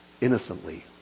innocently